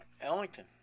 Ellington